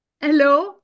hello